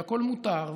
והכול מותר.